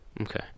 Okay